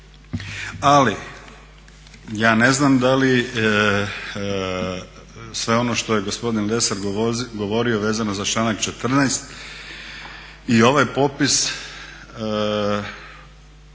Ali ja ne znam da li sve ono što je gospodin Lesar govorio vezano za članak 14.i ovaj popis